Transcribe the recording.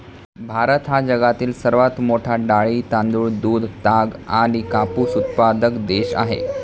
भारत हा जगातील सर्वात मोठा डाळी, तांदूळ, दूध, ताग आणि कापूस उत्पादक देश आहे